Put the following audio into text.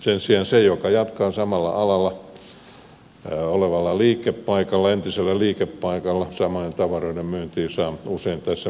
sen sijaan se joka jatkaa samalla alalla olevalla liikepaikalla entisellä liikepaikalla samojen tavaroiden myyntiä saa usein tässä merkittävän edun